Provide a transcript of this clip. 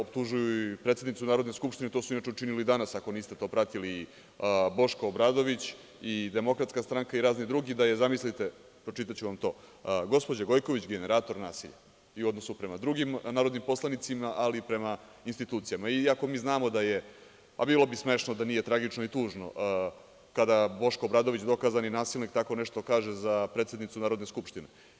Optužuju i predsednicu Narodne skupštine, to su učinili danas, ako niste to pratili, Boško Obradović i Demokratska stranka i razni drugi, da je, zamislite, pročitaću vam to – Gospođa Gojković, generator nasilja, i u odnosu prema drugim narodnim poslanicima ali i prema institucijama, iako mi znamo da je, pa bilo bi smešno da nije tragično i tužno, kada Boško Obradović, dokazani nasilnik tako nešto kaže za predsednicu Narodne skupštine.